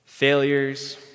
Failures